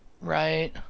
Right